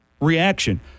reaction